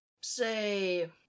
Say